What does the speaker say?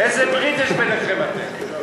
איזה ברית יש ביניכם, אתם?